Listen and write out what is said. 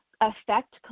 affect